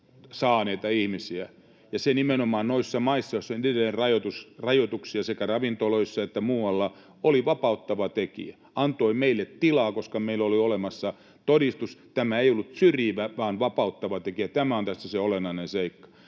saaneita ihmisiä. Se nimenomaan noissa maissa, joissa edelleen on rajoituksia sekä ravintoloissa että muualla, oli vapauttava tekijä, antoi meille tilaa, koska meillä oli olemassa todistus. Tämä ei ollut syrjivä vaan vapauttava tekijä. Tämä on tässä se olennainen seikka.